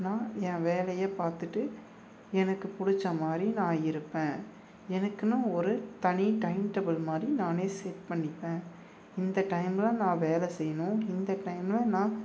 நான் என் வேலையை பார்த்துட்டு எனக்குப் பிடிச்ச மாதிரி நான் இருப்பேன் எனக்குன்னு ஒரு தனி டைம்டேபிள் மாதிரி நானே செட் பண்ணிப்பேன் இந்த டைமில் நான் வேலை செய்யணும் இந்த டைமில் நான்